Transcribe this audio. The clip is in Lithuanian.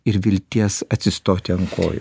ir vilties atsistoti ant kojų